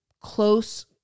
close